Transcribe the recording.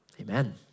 Amen